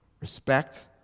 respect